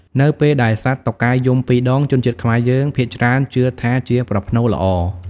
នៅពេលដែលសត្វតុកែយំពីរដង ជនជាតិខ្មែរយើងភាគច្រើនជឿថាជាប្រផ្នូលល្អ។